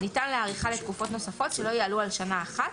וניתן להאריכה לתקופות נוספות שלא יעלו על שנה כל אחת,